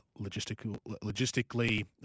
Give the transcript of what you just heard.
logistically